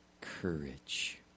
courage